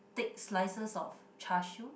thick slices of Char-Siew